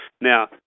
Now